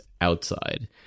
outside